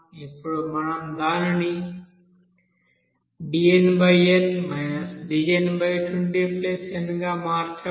ఇప్పుడు మనం దానిని dnn dn20n గా మార్చవచ్చు